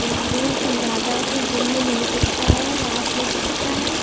उल्लू चिमगादड़ को दिन में नहीं दिखता है रात में दिखता है